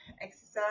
exercise